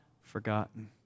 forgotten